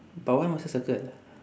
but why must I circle